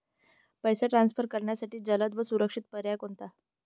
पैसे ट्रान्सफर करण्यासाठी जलद व सुरक्षित पर्याय कोणता?